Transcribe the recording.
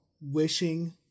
wishing